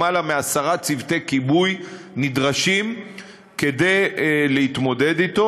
למעלה מעשרה צוותי כיבוי כדי להתמודד אתו.